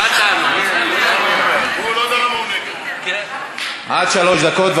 הוא טען טענות, עד שלוש דקות.